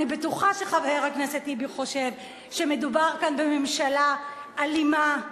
אני בטוחה שחבר הכנסת טיבי חושב שמדובר כאן בממשלה אלימה,